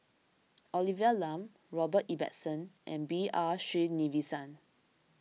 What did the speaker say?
Olivia Lum Robert Ibbetson and B R Sreenivasan